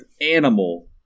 animal